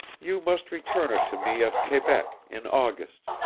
you must return it to me at quebec, in august.